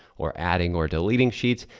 or adding or deleting sheets,